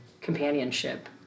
companionship